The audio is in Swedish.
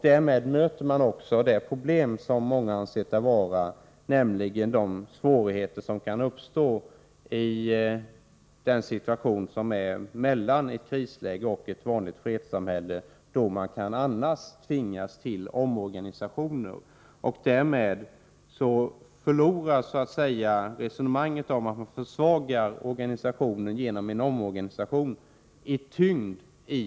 Därmed möter man de svårigheter som många anser uppstår i en situation mellan ett krisläge och ett vanligt fredstillstånd, när man annars kan tvingas till omorganisationer. Med tanke på dessa s.k. skymningslägen förlorar resonemanget att organisationen försvagas genom en omorganisation i tyngd.